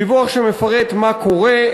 דיווח שמפרט מה קורה,